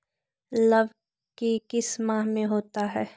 लव की किस माह में होता है?